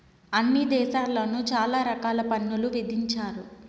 అన్ని దేశాల్లోను చాలా రకాల పన్నులు విధించారు